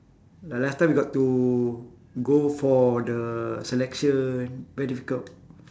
ya last time we got to go for the selection very difficult